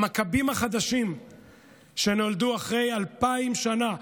המכבים החדשים שנולדו אחרי אלפיים שנה.